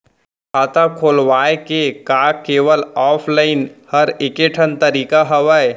खाता खोलवाय के का केवल ऑफलाइन हर ऐकेठन तरीका हवय?